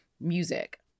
music